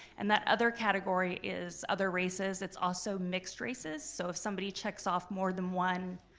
and that other category is other races. it's also mixed races, so if somebody checks off more than one